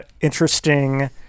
interesting